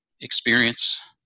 experience